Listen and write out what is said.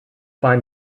find